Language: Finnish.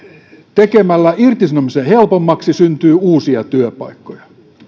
tekemällä irtisanominen helpommaksi syntyy uusia työpaikkoja